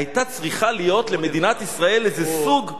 היתה צריכה להיות למדינת ישראל איזה סוג,